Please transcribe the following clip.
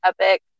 epic